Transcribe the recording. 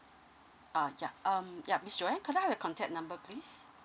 uh yup um yeah miss Joanne could I have your contact number please